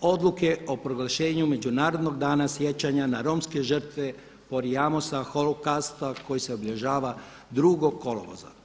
odluke o proglašenju Međunarodnog dana sjećanja na romske žrtve POrjamosa holokausta koji se obilježava 2. kolovoza.